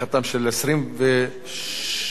רותם, הצבעת?